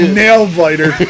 nail-biter